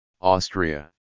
Austria